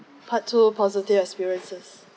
part two positive experiences